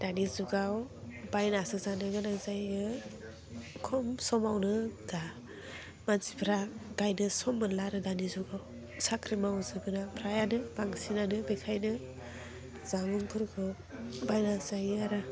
दानि जुगाव बायनासो जानो गोनां जायो खम समावनो गा मानसिफ्रा गाइनो सम मोनला आरो दानि जुगाव साख्रि मावजोबो ना फ्राइआनो बांसिनानो बेखायनो जामुंफोरखौ बायनासो जायो आरो